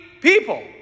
people